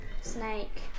Snake